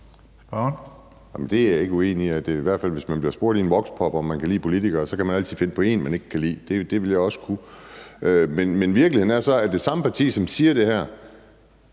Det er jeg ikke uenig i. Hvis man bliver spurgt i en voxpop, om man kan lide politikere, kan man i hvert fald altid finde på en, man ikke kan lide. Det ville jeg også kunne. Men virkeligheden er så, at det samme parti, som siger det her